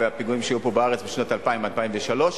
מהפיגועים שהיו פה בארץ בשנים 2000 2003,